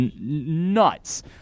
nuts